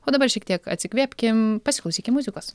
o dabar šiek tiek atsikvėpkim pasiklausykim muzikos